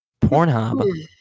pornhub